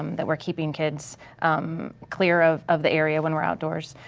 um that we're keeping kids clear of of the area when we're outdoors.